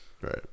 Right